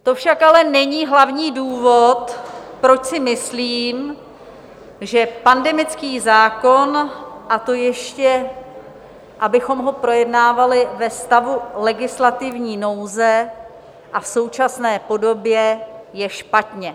To však ale není hlavní důvod, proč si myslím, že pandemický zákon, a to ještě abychom ho projednávali ve stavu legislativní nouze a v současné podobě, je špatně.